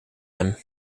hem